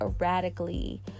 erratically